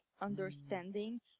understanding